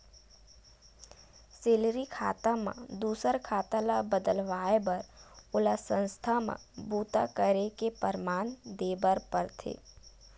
salary खाता म दूसर खाता ल बदलवाए बर ओला संस्था म बूता करे के परमान देबर परथे